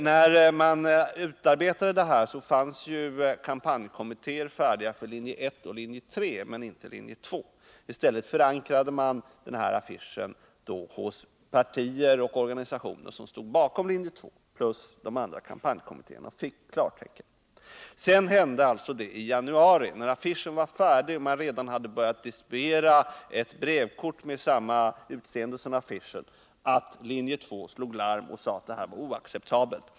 När man utarbetade affischen fanns kampanjkommittéer färdiga för linje 1 och linje 3 men inte för linje 2. I stället förankrade man förslaget till affisch hos partier och organisationer som stod bakom linje 2 liksom hos de båda kampanjkommittéerna, och man fick klartecken. När affischerna var färdiga och man redan börjat distribuera ett brevkort med samma utseende som affischen slog linje 2 i januari larm och sade att det hela var oacceptabelt.